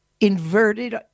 inverted